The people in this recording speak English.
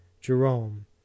Jerome